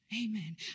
Amen